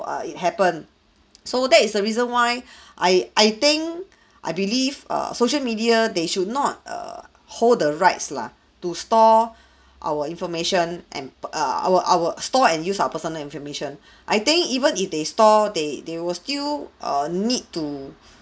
err it happened so that is the reason why I I think I believe err social media they should not err hold the rights lah to store our information and per~ our our store and use of personal information I think even if they store they they will still err need to